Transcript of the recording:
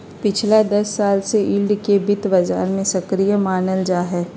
पिछला दस साल से यील्ड के वित्त बाजार में सक्रिय मानल जाहई